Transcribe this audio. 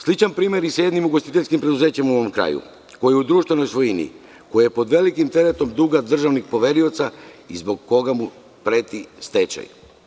Sličan primer je i sa jednim ugostiteljskim preduzećem u mom kraju koje je u društvenoj svojini, koje je pod velikim teretom duga državnih poverilaca i zbog koga mu preti stečaj.